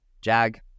Jag